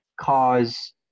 cause